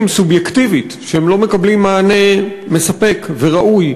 סובייקטיבית שהם לא מקבלים מענה מספק וראוי.